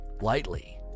lightly